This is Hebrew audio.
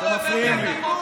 הצבעת נגד אימוץ?